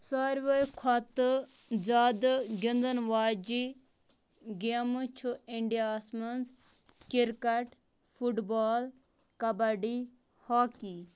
سارویو کھۄتہٕ زیادٕ گِنٛدَن واجی گیمہٕ چھُ اِنڈیا ہَس منٛز cricket football kabaddi hockey